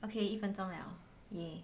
okay 一分钟了一 yeah